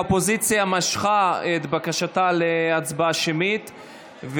האופוזיציה משכה את בקשתה להצבעה שמית,